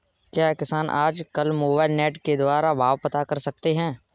क्या किसान आज कल मोबाइल नेट के द्वारा भाव पता कर सकते हैं?